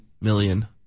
million